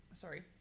Sorry